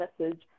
message